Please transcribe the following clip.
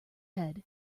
head